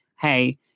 hey